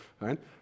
right